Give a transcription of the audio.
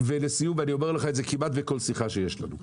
לסיום, ואני אומר לך את זה כמעט בכל שיחה שיש לנו.